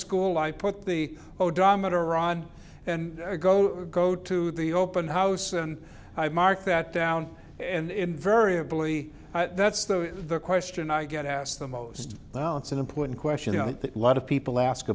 school i put the odometer ron and go go to the open house and i mark that down and invariably that's the question i get asked the most well it's an important question you know that lot of people ask